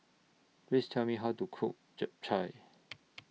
Please Tell Me How to Cook Japchae